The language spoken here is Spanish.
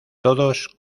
todos